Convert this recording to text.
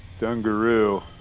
dungaroo